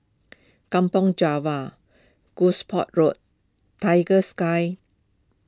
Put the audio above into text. Kampong Java Gosport Road Tiger Sky